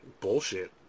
bullshit